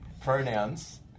Pronouns